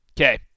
Okay